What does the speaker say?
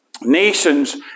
nations